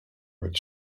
redd